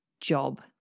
job